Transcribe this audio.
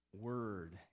word